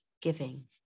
giving